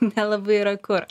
nelabai yra kur